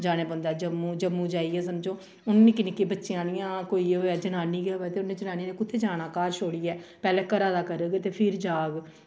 जाने पौंदा जम्मू जम्मू जाइयै समझो हून निक्के निक्के बच्चे आह्लियां कोई होऐ ते जनानी गै होऐ ते उ'नें जाननी ने कु'त्थें जाना घर छोड़ियै पैह्लें घरा दा करग ते फिर जाह्ग